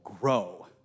Grow